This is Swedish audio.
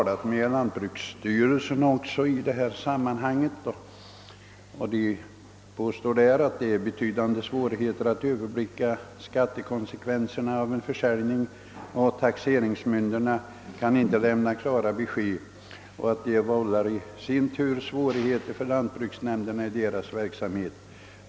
Lantbruksstyrelsen har vid samtal framhållit att jordbrukarna för närva rande har betydande svårigheter att överblicka skattekonsekvenserna av en försäljning. Taxeringsmyndigheterna kan inte lämna klara besked, och detta vållar i sin tur svårigheter för lantbruksnämnderna i deras verksamhet.